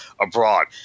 abroad